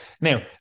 Now